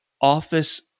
office